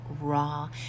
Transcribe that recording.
raw